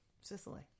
Sicily